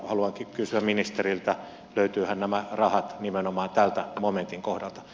haluankin kysyä ministeriltä että löytyväthän nämä rahat nimenomaan tämän momentin kohdalta